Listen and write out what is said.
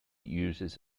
uses